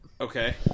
Okay